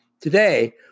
Today